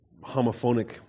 homophonic